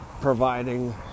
providing